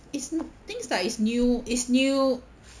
it's things like it's new it's new